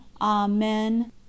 Amen